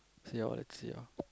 see how let's see ah